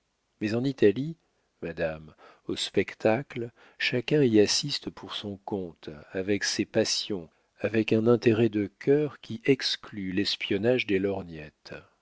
mais en italie madame au spectacle chacun y assiste pour son compte avec ses passions avec un intérêt de cœur qui exclut l'espionnage des lorgnettes